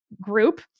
group